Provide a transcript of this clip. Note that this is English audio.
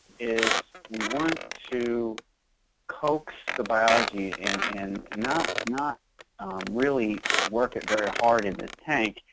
is we want to coax the biology and and not not really work it very hard in this tank,